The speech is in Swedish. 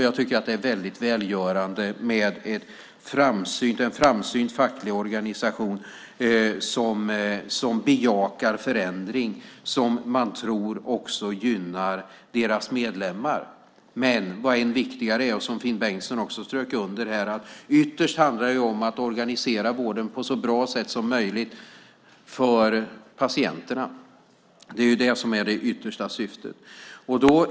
Jag tycker att det är väldigt välgörande med en framsynt facklig organisation som bejakar förändring, som man också tror gynnar deras medlemmar. Men vad som är än viktigare, och som Finn Bengtsson också strök under, är att det ytterst handlar om att organisera vården på ett så bra sätt som möjligt för patienterna. Det är det som är det yttersta syftet.